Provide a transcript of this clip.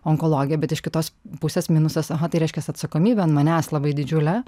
onkologija bet iš kitos pusės minusas aha tai reiškias atsakomybė ant manęs labai didžiulė